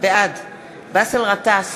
בעד באסל גטאס,